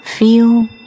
Feel